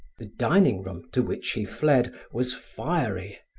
the dining room, to which he fled, was fiery,